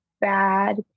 bad